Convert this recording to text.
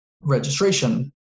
registration